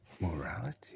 Morality